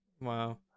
Wow